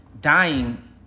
dying